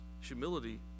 humility